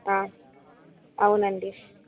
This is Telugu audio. అవునండీ